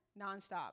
nonstop